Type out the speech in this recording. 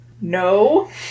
no